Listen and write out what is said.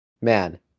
Man